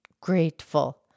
grateful